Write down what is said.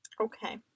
Okay